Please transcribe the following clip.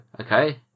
Okay